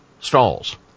stalls